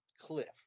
cliff